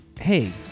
hey